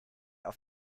auf